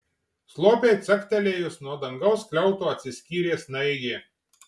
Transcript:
slopiai caktelėjus nuo dangaus skliauto atsiskyrė snaigė